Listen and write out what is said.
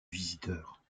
visiteurs